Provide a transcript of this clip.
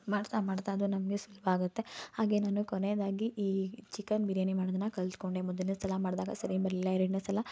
ಮಾಡ್ತಾ ಮಾಡ್ತಾ ಅದು ನಮಗೆ ಸುಲಭ ಆಗುತ್ತೆ ಹಾಗೇ ನಾನು ಕೊನೆದಾಗಿ ಈ ಚಿಕನ್ ಬಿರಿಯಾನಿ ಮಾಡೋದನ್ನು ಕಲಿತ್ಕೊಂಡೆ ಮೊದಲನೇ ಸಲ ಮಾಡಿದಾಗ ಸರಿ ಬರಲಿಲ್ಲ ಎರಡನೇ ಸಲ